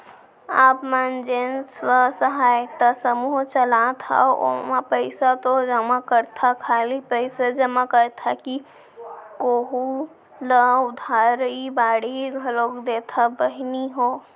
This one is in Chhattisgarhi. आप मन जेन स्व सहायता समूह चलात हंव ओमा पइसा तो जमा करथा खाली पइसेच जमा करथा कि कोहूँ ल उधारी बाड़ी घलोक देथा बहिनी हो?